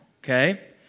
Okay